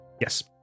Yes